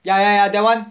ya ya ya that [one]